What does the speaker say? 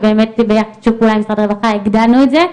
ובאמת בשיתוף פעולה עם משרד הרווחה הגדלנו את זה,